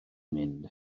mynd